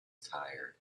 tired